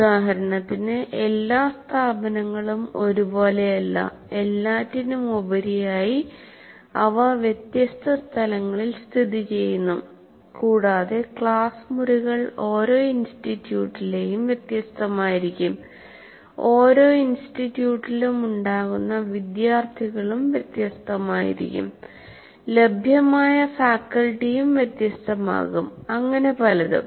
ഉദാഹരണത്തിന് എല്ലാ സ്ഥാപനങ്ങളും ഒരുപോലെയല്ല എല്ലാറ്റിനുമുപരിയായി അവ വ്യത്യസ്ത സ്ഥലങ്ങളിൽ സ്ഥിതിചെയ്യുന്നു കൂടാതെ ക്ലാസ് മുറികൾ ഓരോ ഇൻസ്റ്റിറ്റ്യൂട്ടിലെയും വ്യത്യസ്തമായിരിക്കും ഓരോ ഇൻസ്റ്റിറ്റ്യൂട്ടിലും ഉണ്ടാകുന്ന വിദ്യാർത്ഥികളും വ്യത്യസ്തമായിരിക്കും ലഭ്യമായ ഫാക്കൽറ്റിയും വ്യത്യസ്തമാകുംഅങ്ങിനെ പലതും